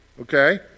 okay